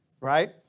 right